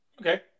Okay